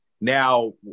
now